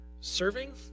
Serving